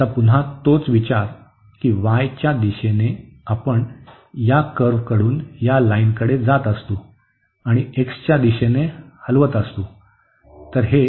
आता पुन्हा तोच विचार की y च्या दिशेने आपण या कर्व्ह कडून या लाईनकडे जात असतो आणि x च्या दिशेने हलवित असतो